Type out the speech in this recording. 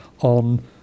on